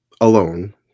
Alone